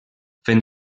fent